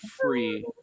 free